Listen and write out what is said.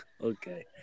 Okay